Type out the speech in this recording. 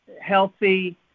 healthy